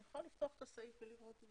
אני יכולה לפתוח את הסעיף ולראות.